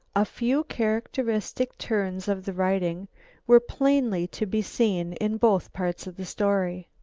a few characteristic turns of the writing were plainly to be seen in both parts of the story.